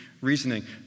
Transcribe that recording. reasoning